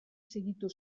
segitu